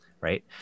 Right